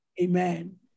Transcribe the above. Amen